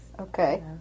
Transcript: Okay